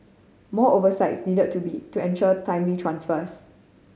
more oversight needed to be to ensure timely transfers